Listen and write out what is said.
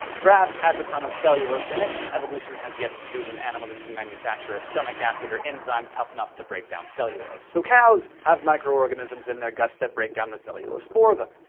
grass has a ton of cellulose in it, and evolution has yet to produce an animal that can manufacture a stomach acid or enzyme tough enough to break down cellulose. so, cows have microorganisms in their guts that break down the cellulose for them.